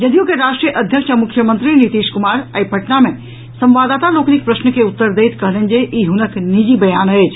जदयू के राष्ट्रीय अध्यक्ष आ मुख्यमंत्री नीतीश कुमार आई पटना मे संवाददाता लोकनिक प्रश्न के उत्तर दैत कहलनि जे ई हुनक निजी बयान अछि